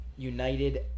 United